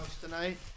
tonight